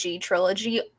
trilogy